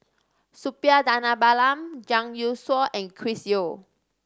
Suppiah Dhanabalan Zhang Youshuo and Chris Yeo